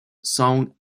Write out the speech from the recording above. song